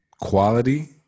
Quality